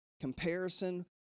Comparison